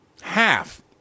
half